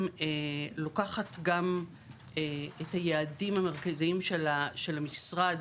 לוקחת גם את היעדים המרכזיים של המשרד